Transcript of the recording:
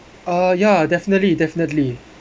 uh ya definitely definitely